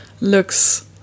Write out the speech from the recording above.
looks